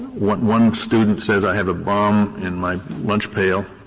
one one student says, i have a bomb in my lunch pail.